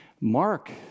Mark